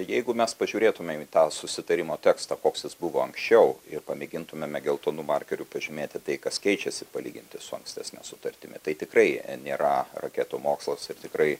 jeigu mes pažiūrėtumėm į tą susitarimo tekstą koks jis buvo anksčiau ir pamėgintumėme geltonu markeriu pažymėti tai kas keičiasi palyginti su ankstesne sutartimi tai tikrai nėra raketų mokslas ir tikrai